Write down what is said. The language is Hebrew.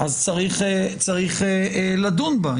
אז צריך לדון בה.